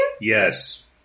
Yes